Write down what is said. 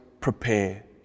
prepare